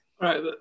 Right